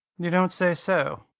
you don't say so!